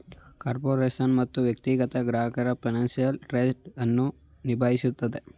corporation ಮತ್ತು ವ್ಯಕ್ತಿಗತ ಗ್ರಾಹಕ ಫೈನಾನ್ಸಿಯಲ್ ಟ್ರಾನ್ಸ್ಲೇಷನ್ ಅನ್ನು ನಿಭಾಯಿಸುತ್ತದೆ